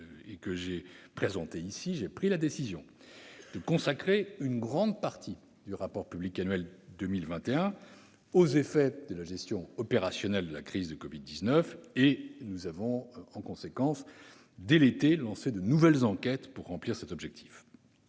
de juin dernier, j'ai pris la décision de consacrer une grande partie du rapport public annuel 2021 aux effets et à la gestion opérationnelle de la crise du covid-19. Nous avons lancé, dès l'été, de nouvelles enquêtes pour remplir cet objectif.